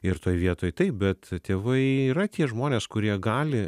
ir toj vietoj taip bet tėvai yra tie žmonės kurie gali